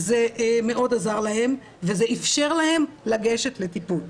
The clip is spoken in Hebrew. זה מאוד עזר להם וזה איפשר להם לגשת לטיפול.